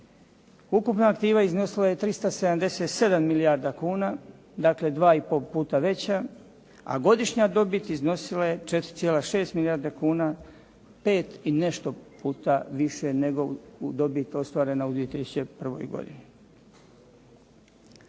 ukupna aktiva iznosila je 377 milijardi kuna, dakle 2,5 puta veća a godišnja dobit iznosila je 4,6 milijarde kuna pet i nešto puta više nego, dobit ostvarena u 2001. godini.